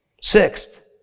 Sixth